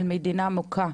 המדינה מוכה,